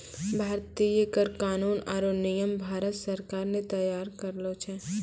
भारतीय कर कानून आरो नियम भारत सरकार ने तैयार करलो छै